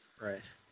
Right